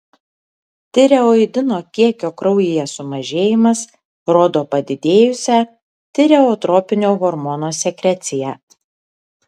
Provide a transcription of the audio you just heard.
tireoidino kiekio kraujyje sumažėjimas rodo padidėjusią tireotropinio hormono sekreciją